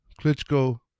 Klitschko